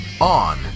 On